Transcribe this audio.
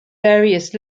various